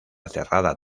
cerrada